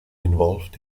involved